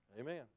Amen